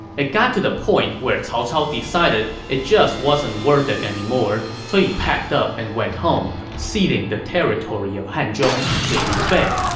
it got to the point where cao cao decided it just wasn't worth it anymore, so he packed up and went home, ceding the territory of hanzhong to liu bei